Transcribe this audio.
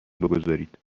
بگذارید